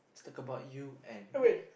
let's talk about you and me